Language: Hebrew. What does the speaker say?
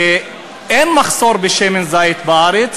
שאין מחסור בשמן זית בארץ,